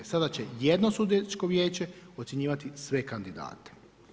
Sada će jedno sudačko vijeće ocjenjivati sve kandidate.